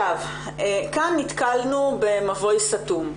כאן נתקלנו במבוי סתום,